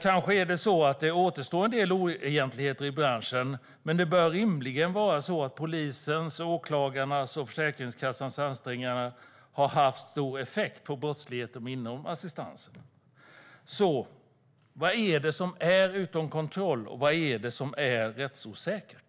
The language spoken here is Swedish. Kanske återstår en del oegentligheter i branschen, men polisens, åklagarnas och Försäkringskassans ansträngningar bör rimligen ha haft en stor effekt på brottsligheten inom assistansen. Vad är det som är utom kontroll? Vad är det som är rättsosäkert?